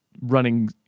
running